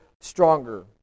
stronger